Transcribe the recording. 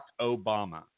Obama